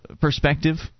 perspective